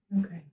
Okay